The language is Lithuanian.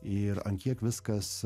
ir ant kiek viskas